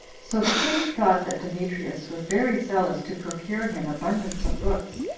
so the king thought that demetrius was very zealous to procure him abundance of books,